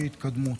התקדמות,